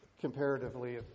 comparatively